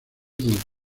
del